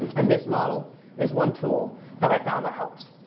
and this model is one tool that i found that helps.